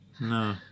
No